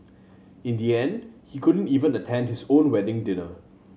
in the end he couldn't even attend his own wedding dinner